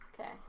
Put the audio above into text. Okay